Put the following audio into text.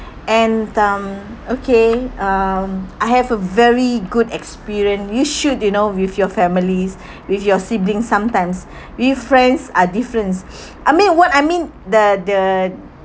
and um okay um I have a very good experience you should you know with your families with your sibling sometimes with friends are difference I mean what I mean the the